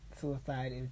Suicide